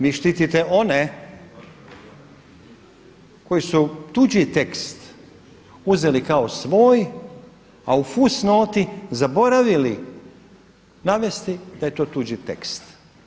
Vi štitite one koji su tuđi tekst uzeli kao svoj, a u fusnoti zaboravili navesti da je to tuđi tekst.